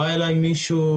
בא אליי מישהו,